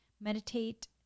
meditate